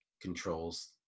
controls